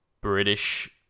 British